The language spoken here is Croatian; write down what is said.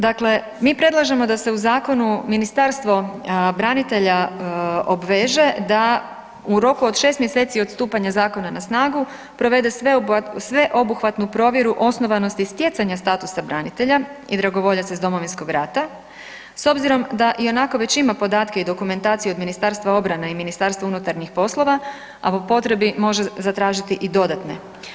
Dakle, mi predlažemo da se u zakonu Ministarstvo branitelja obveže da u roku od 6 mjeseci od stupanja zakona na snagu provede sveobuhvatnu provjeru osnovanosti stjecanja statusa branitelja i dragovoljaca iz Domovinskog rata s obzirom da ionako već ima podatke i dokumentaciju od Ministarstva obrane i MUP-a, a po potrebi može zatražiti i dodatne.